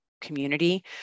community